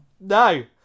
No